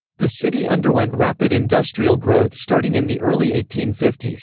the city underwent rapid industrial growth starting in the early eighteen fifty s,